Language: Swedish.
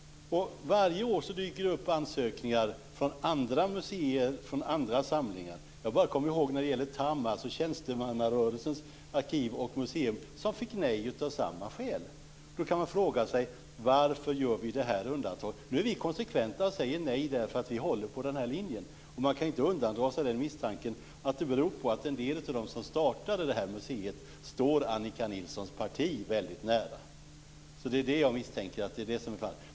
Varje år dyker det upp ansökningar från andra museer och andra samlingar. Jag kommer ihåg när TAM, Tjänstemannarörelsens arkiv och museum, fick nej av samma skäl. Då kan man fråga sig: Varför gör vi det här undantaget? Nu är vi konsekventa och säger nej därför att vi håller på den här linjen. Man inte kan inte undandra sig misstanken att detta beror på att en del av dem som startade det här museet står Annika Nilssons parti väldigt nära. Det är alltså det jag misstänker är fallet.